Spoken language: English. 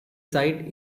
site